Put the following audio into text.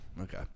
Okay